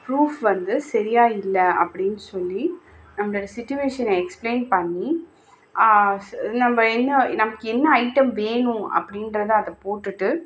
proof வந்து சரியாக இல்லை அப்படின்னு சொல்லி நம்மளோடய சுச்சிவேஷனை எக்ஸ்பிளைன் பண்ணி நம்ம என்ன நமக்கு என்ன ஐட்டம் வேணும் அப்படின்றத அதை போட்டுவிட்டு